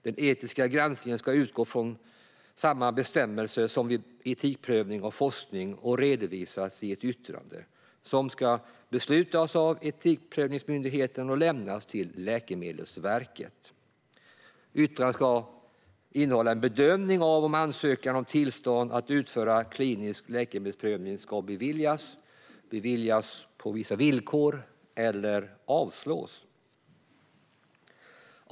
Den etiska granskningen ska utgå från samma bestämmelser som vid etikprövning av forskning och redovisas i ett yttrande. Yttrandet ska beslutas av den nya etikprövningsmyndigheten och lämnas till Läkemedelsverket. Och det ska innehålla en bedömning av om en ansökan om tillstånd att utföra klinisk läkemedelsprövning ska beviljas, beviljas på vissa villkor eller avslås.